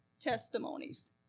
testimonies